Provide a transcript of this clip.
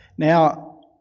Now